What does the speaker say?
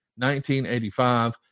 1985